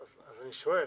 אז אני שואל,